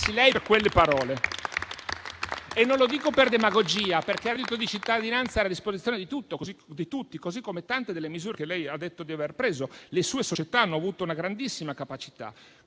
farlo lei, per quelle parole. Non lo dico per demagogia, perché il reddito di cittadinanza era a disposizione di tutti, così come tante delle misure che lei ha detto di aver preso. Le sue società hanno avuto una grandissima capacità,